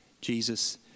Jesus